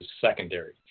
secondary